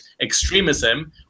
extremism